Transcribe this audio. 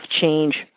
change